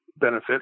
benefit